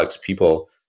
people